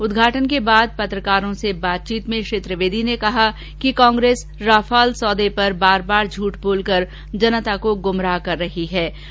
उदघाटन के बाद पत्रकारों से बातचीत में श्री त्रिवेदी ने कहा कि कांग्रेस रफेल सौदे पर बार बार झूंठ बोलकर जनता को गुमराह कर रहीहै